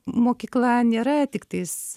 mokykla nėra tiktais